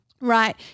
right